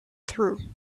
true